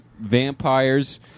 vampires